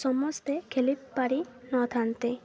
ସମସ୍ତେ ଖେଳି ପାରି ନଥାନ୍ତେ